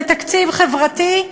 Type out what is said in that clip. לתקציב חברתי,